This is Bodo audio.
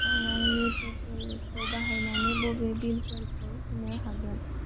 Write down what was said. आं आंनि पेप'लखौ बाहायनानै बबे बिलफोरखौ होनो हागोन